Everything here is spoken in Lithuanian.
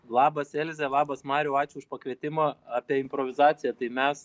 labas elze labas mariau ačiū už pakvietimą apie improvizaciją tai mes